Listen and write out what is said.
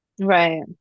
Right